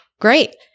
great